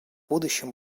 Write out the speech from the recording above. будущем